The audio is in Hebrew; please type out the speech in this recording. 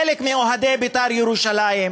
חלק, מאוהדי בית"ר ירושלים,